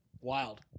Wild